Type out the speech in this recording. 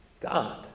God